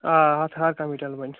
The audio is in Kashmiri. آ اَتھ بَنہِ